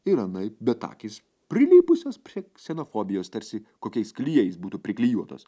ir anaip bet akys prilipusios prie ksenofobijos tarsi kokiais klijais būtų priklijuotos